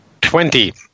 Twenty